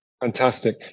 Fantastic